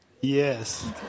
Yes